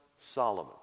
Solomon